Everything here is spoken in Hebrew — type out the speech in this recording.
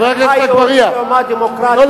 ואלה שבאים, חבר הכנסת אגבאריה.